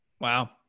Wow